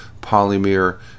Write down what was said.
polymer